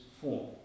form